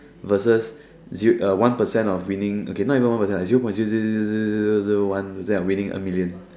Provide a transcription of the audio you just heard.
vs one percent of winning okay not even one percent instead of winning a million